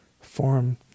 form